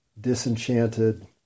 disenchanted